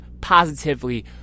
positively